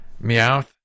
Meow